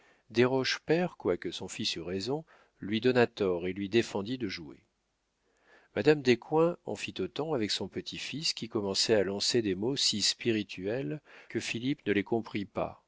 mêlé desroches père quoique son fils eût raison lui donna tort et lui défendit de jouer madame descoings en fit autant avec son petit-fils qui commençait à lancer des mots si spirituels que philippe ne les comprit pas